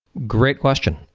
great question.